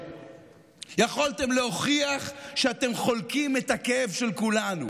יכולתם להוכיח שאתם חולקים את הכאב של כולנו: